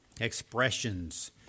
expressions